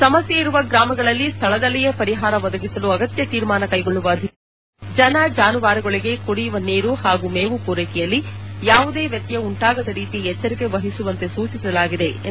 ಸಮಸ್ಯೆ ಇರುವ ಗ್ರಾಮಗಳಲ್ಲಿ ಸ್ಥಳದಲ್ಲಿಯೇ ಪರಿಹಾರ ಒದಗಿಸಲು ಅಗತ್ಯ ತೀರ್ಮಾನ ಕೈಗೊಳ್ಳುವ ಅಧಿಕಾರ ನೀಡಲಾಗಿದ್ದು ಜನ ಜಾನುವಾರುಗಳಿಗೆ ಕುಡಿಯುವ ನೀರು ಹಾಗೂ ಮೇವು ಪೂರೈಕೆಯಲ್ಲಿ ಯಾವುದೇ ವ್ಯತ್ಯಯ ಉಂಟಾಗದ ರೀತಿ ಎಚ್ಚರಿಕೆ ವಹಿಸುವಂತೆ ಸೂಚಿಸಲಾಗಿದೆ ಎಂದು ಅವರು ಹೇಳಿದರು